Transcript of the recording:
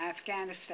Afghanistan